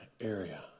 area